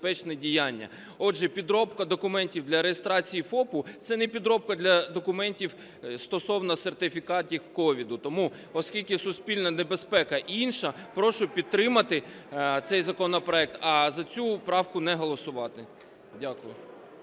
Отже, підробка документів для реєстрації ФОПу – це не підробка документів стосовно сертифікатів COVID. Тому, оскільки суспільна небезпека інша, прошу підтримати цей законопроект, а за цю правку не голосувати. Дякую.